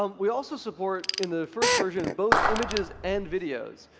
um we also support in the first first and both images and videos.